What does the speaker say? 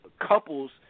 couples